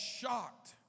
shocked